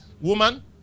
Woman